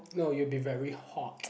no you'll be very hot